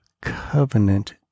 covenant